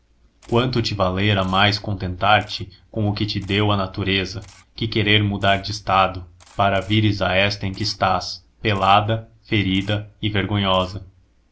quanto te valera mais contentar te com o que té deo a natureza que querer mudaf de estado para vires a este em que estás pellada fétida y e vergonhosa